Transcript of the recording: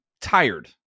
tired